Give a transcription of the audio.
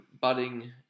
budding